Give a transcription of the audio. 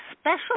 special